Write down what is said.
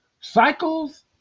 cycles